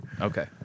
Okay